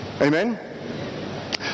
Amen